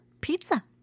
pizza